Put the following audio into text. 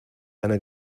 einer